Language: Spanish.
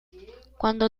cuando